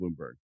Bloomberg